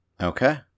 Okay